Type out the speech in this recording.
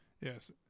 Yes